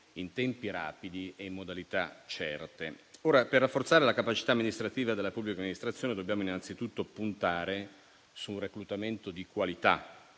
in tempi rapidi e in modalità certe. Per rafforzare la capacità amministrativa della pubblica amministrazione, dobbiamo innanzitutto puntare su un reclutamento di qualità